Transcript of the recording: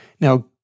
Now